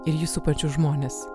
ir jį supančius žmones